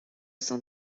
cent